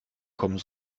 kommen